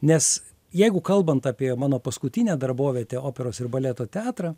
nes jeigu kalbant apie mano paskutinę darbovietę operos ir baleto teatrą